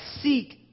seek